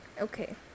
okay